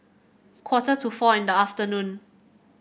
quarter to four in the afternoon